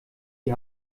die